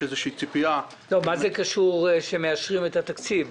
מה זה קשור שמאשרים את התקציב?